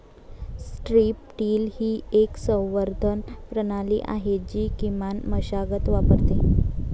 strip till ही एक संवर्धन प्रणाली आहे जी किमान मशागत वापरते